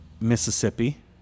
Mississippi